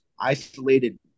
isolated